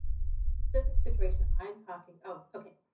specific situation i'm talking oh okay,